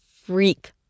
freak